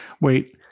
Wait